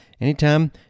anytime